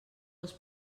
els